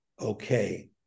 Okay